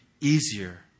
easier